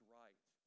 right